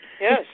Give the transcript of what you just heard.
Yes